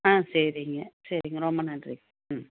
ஆ சரிங்க சரிங்க ரொம்ப நன்றிங்க ம்